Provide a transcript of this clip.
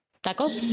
¿Tacos